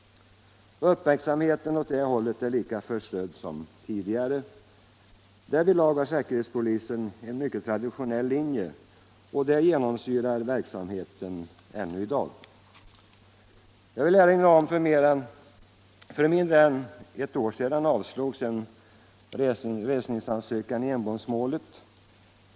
Uppmärksamheten åt det hållet är lika förströdd som tidigare. Därvidlag har säkerhetspolisen en mycket traditionell linje, och den genomsyrar verksamheten ännu i dag. Jag vill erinra om att för mindre än ett år sedan en resningsansökan avslogs i Enbomsmålet.